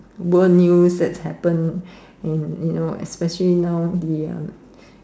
world news that happen in you know especially now the uh